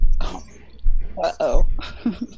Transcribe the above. Uh-oh